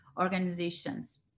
organizations